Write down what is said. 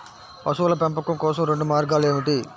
పశువుల పెంపకం కోసం రెండు మార్గాలు ఏమిటీ?